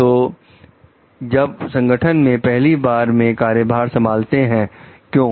तो जब संगठन में पहली बार से कार्यभार संभालते हैं क्यों